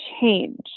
change